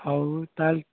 ହଉ ତାହେଲେ